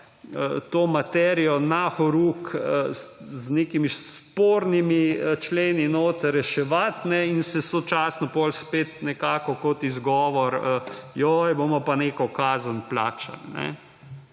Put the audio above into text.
to materijo na horuk, z nekimi spornimi členi reševati in se sočasno potem spet nekako kot izgovor – joj, bomo pa neko kazen plačali.